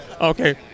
Okay